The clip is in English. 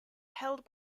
held